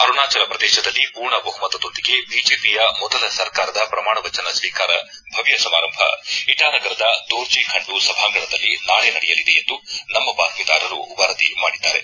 ಅರುಣಾಚಲ ಪ್ರದೇಶದಲ್ಲಿ ಪೂರ್ಣ ಬಹುಮತದೊಂದಿಗೆ ಬಿಜೆಪಿಯ ಮೊದಲ ಸರ್ಕಾರದ ಪ್ರಮಾಣ ವಚನ ಸ್ವೀಕಾರ ಭವ್ದ ಸಮಾರಂಭ ಇಟಾನಗರದ ದೋರ್ಜಿ ಖಂಡು ಸಭಾಂಗಣದಲ್ಲಿ ನಾಳೆ ನಡೆಯಲಿದೆ ಎಂದು ನಮ್ನ ಬಾತ್ತೀದಾರರು ವರದಿ ಮಾಡಿದ್ದಾರೆ